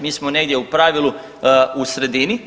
Mi smo negdje u pravilu u sredini.